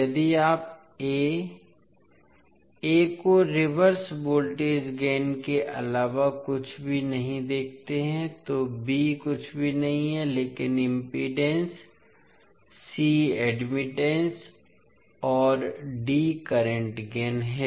यदि आप A A को रिवर्स वोल्टेज गेन के अलावा कुछ भी नहीं देखते हैं तो B कुछ भी नहीं है लेकिन इम्पीडेन्स C एडमिटन्स है और D करंट गेन है